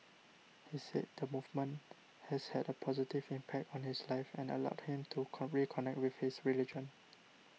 he said the movement has had a positive impact on his life and allowed him to come reconnect with his religion